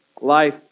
life